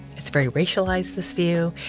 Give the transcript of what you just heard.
it's very racialized, this view.